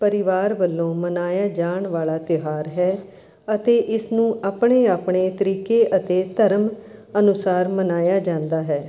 ਪਰਿਵਾਰ ਵੱਲੋਂ ਮਨਾਇਆ ਜਾਣ ਵਾਲਾ ਤਿਉਹਾਰ ਹੈ ਅਤੇ ਇਸ ਨੂੰ ਆਪਣੇ ਆਪਣੇ ਤਰੀਕੇ ਅਤੇ ਧਰਮ ਅਨੁਸਾਰ ਮਨਾਇਆ ਜਾਂਦਾ ਹੈ